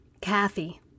Kathy